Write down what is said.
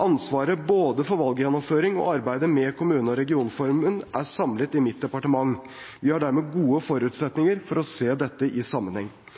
Ansvaret både for valggjennomføring og arbeidet med kommune- og regionreform er samlet i mitt departement. Vi har dermed gode forutsetninger for å se dette i sammenheng.